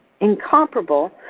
incomparable